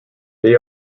they